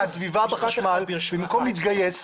אנחנו עושים מהפכה.